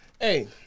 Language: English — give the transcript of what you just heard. hey